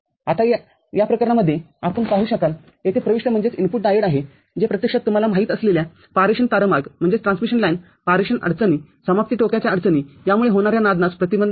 आणि या प्रकरणांमध्ये आपण पाहू शकाल येथे प्रविष्टडायोड आहे जे प्रत्यक्षात तुम्हाला माहीत असलेल्या पारेषण तारमार्ग पारेषण अडचणी समाप्ती टोकाच्याअडचणी यामुळे होणाऱ्या नादनासप्रतिबंध करते